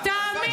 תאמין לי.